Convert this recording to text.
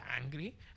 angry